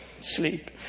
sleep